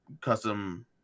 custom